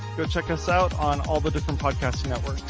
go check us out on all the different podcasts networks.